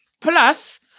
plus